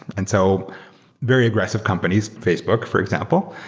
and so very aggressive companies, facebook for example,